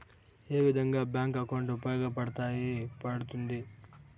ఏ విధంగా bank account ఉపయోగపడతాయి పడ్తుంది